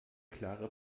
klare